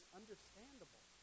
understandable